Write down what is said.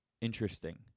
interesting